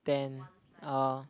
ten oh